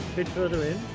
bit further in.